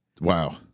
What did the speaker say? Wow